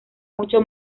mucho